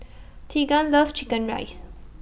Tegan loves Chicken Rice